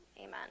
amen